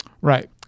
right